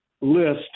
list